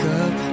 up